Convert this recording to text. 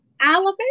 Alabama